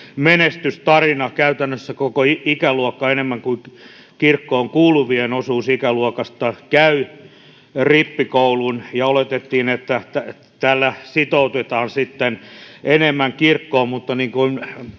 menestystarina. Käytännössä koko ikäluokka, enemmän kuin kirkkoon kuuluvien osuus ikäluokasta, käy rippikoulun, ja oletettiin, että tällä sitten sitoutetaan enemmän kirkkoon.